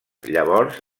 llavors